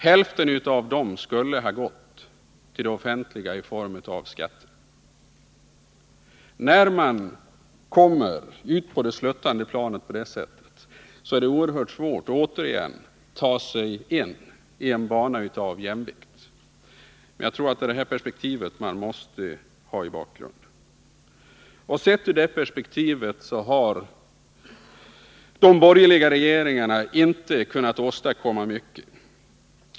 Hälften av dessa medel skulle ha gått till det offentliga i form av skatter. När man kommer ut på det sluttande planet på detta sätt, är det oerhört svårt att åter ta sig in i en bana av jämvikt. Jag tror att man måste ha detta perspektiv i bakgrunden. Sett ur detta perspektiv har de borgerliga regeringarna inte åstadkommit mycket.